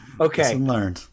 Okay